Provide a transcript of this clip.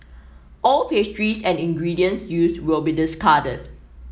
all pastries and ingredients used will be discarded